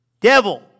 Devil